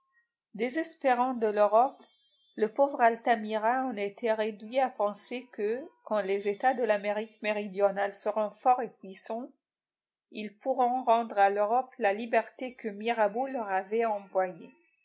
désespérant de l'europe le pauvre altamira en était réduit à penser que quand les états de l'amérique méridionale seront forts et puissants ils pourront rendre à l'europe la liberté que mirabeau leur a envoyée